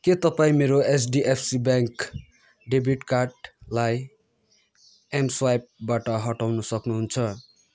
के तपाईँ मेरो एचडिएफसी ब्याङ्क डेबिट कार्डलाई एमस्वाइपबाट हटाउन सक्नुहुन्छ